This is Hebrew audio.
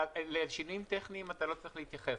לשינויים טכניים אתה לא צריך להתייחס.